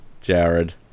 Jared